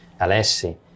Alessi